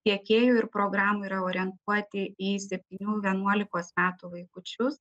tiekėjų ir programų yra orientuoti į septynių vienuolikos metų vaikučius